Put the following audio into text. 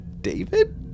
David